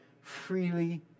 freely